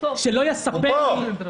שלא יספר לי סיפורים.